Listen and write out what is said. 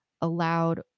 allowed